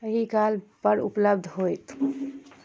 एहि कलपर उपलब्ध होयत